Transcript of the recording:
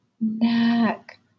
neck